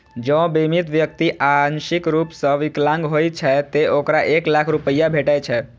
जौं बीमित व्यक्ति आंशिक रूप सं विकलांग होइ छै, ते ओकरा एक लाख रुपैया भेटै छै